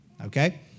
Okay